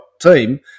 team